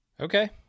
Okay